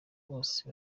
bose